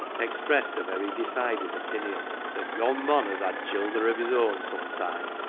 expressed a very decided opinion that yon mon as had childer of his own some time.